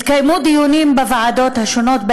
התקיימו דיונים בוועדות השונות,